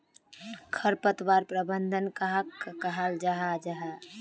खरपतवार प्रबंधन कहाक कहाल जाहा जाहा?